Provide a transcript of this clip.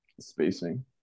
spacing